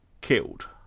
killed